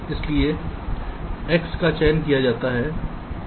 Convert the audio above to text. इसलिए x का चयन किया जाता है